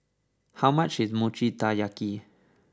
how much is Mochi Taiyaki